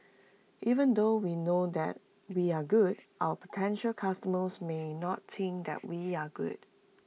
even though we know that we are good our potential customers may not think that we are good